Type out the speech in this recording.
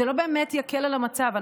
זה לא באמת יקל על המצב.